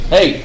Hey